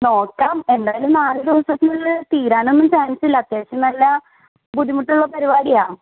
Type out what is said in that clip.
നോക്കാം എന്തായാലും നാല് ദിവസത്തിനുള്ളിൽ തീരാനൊന്നും ചാൻസില്ല അത്യാവശ്യം നല്ല ബുദ്ധിമുട്ടുള്ള പരിപാടിയാണ്